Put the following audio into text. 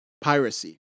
piracy